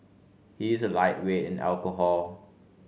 he is a lightweight in alcohol